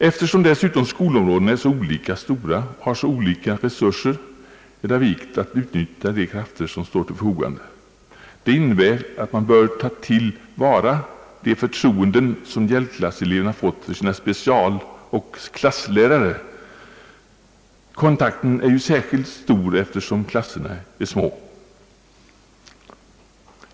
Eftersom dessutom skolområdena är så olika stora och har så skiftande resurser är det av vikt att utnyttja de krafter som står till förfogande. Det innebär att man bör ta till vara det förtroende som hjälpklasseleverna fått för sina specialoch klasslärare. Kontakten är i dessa fall särskilt stor, eftersom klasserna är små.